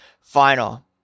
Final